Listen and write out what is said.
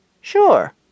Sure